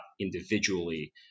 individually